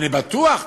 אני בטוח,